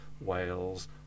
Wales